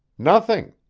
nothing.